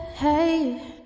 Hey